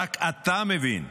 רק אתה מבין,